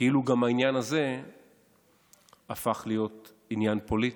כאילו גם העניין הזה הפך להיות עניין פוליטי.